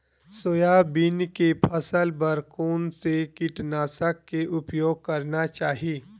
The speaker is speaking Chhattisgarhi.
सोयाबीन के फसल बर कोन से कीटनाशक के उपयोग करना चाहि?